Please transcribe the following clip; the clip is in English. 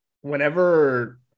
whenever